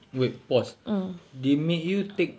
wait pause they made you take